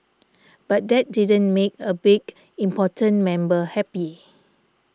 but that didn't make a big important member happy